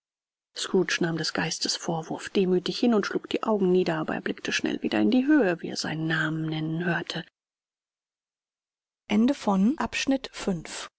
scrooge nahm des geistes vorwurf demütig hin und schlug die augen nieder aber er blickte schnell wieder in die höhe wie er seinen namen nennen hörte